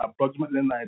approximately